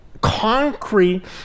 concrete